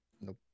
Nope